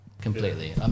completely